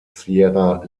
sierra